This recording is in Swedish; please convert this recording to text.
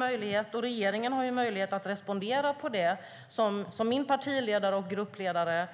Statsrådet och regeringen har möjlighet att respondera på det som vår partiledare och vår gruppledare